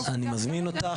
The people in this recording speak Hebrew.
אני מזמין אותך,